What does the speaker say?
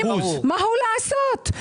מה הוא יכול לעשות?